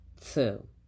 Two